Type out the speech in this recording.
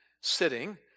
sitting